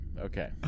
okay